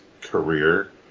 career